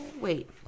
wait